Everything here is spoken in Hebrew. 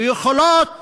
ויכולות